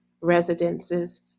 residences